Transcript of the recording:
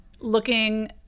looking